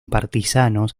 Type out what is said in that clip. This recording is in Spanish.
partisanos